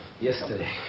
yesterday